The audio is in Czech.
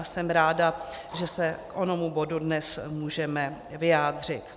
Jsem ráda, že se k onomu bodu dnes můžeme vyjádřit.